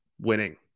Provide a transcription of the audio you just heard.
winning